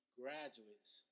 graduates